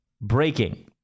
Breaking